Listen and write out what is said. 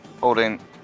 holding